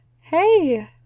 hey